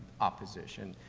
opposition.